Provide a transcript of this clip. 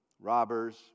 robbers